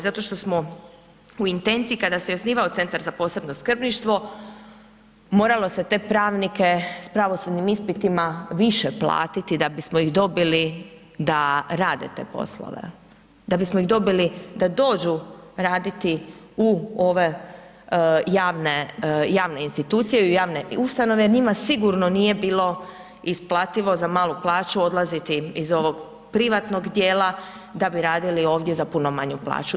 Zato što smo u intenciji kada se je osnivao Centar za posebno skrbništvo moralo se te pravnike s pravosudnim ispitima više platiti da bismo ih dobili da rade te poslove, da bismo ih dobili da dođu raditi u ove javne institucije i u javne ustanove jel njima sigurno nije bilo isplativo za malu plaću odlaziti iz ovog privatnog dijela da bi radili ovdje za puno manju plaću.